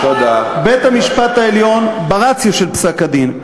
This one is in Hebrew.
בית-המשפט העליון ברציו של פסק-הדין,